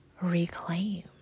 reclaim